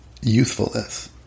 youthfulness